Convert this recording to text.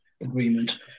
agreement